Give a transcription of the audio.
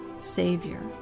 Savior